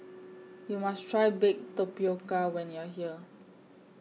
YOU must Try Baked Tapioca when YOU Are here